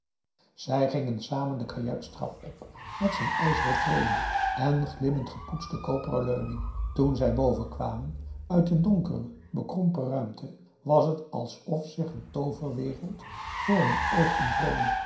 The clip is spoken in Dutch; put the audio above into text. zij gingen samen de kajuitstrap op met zijn ijzeren treden en glimmend gepoetste koperen leuning toen zij boven kwamen uit de donkere bekrompen ruimte was het alsof zich een tooverwereld voor hun oog ontrolde